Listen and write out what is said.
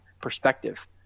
perspective